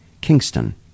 Kingston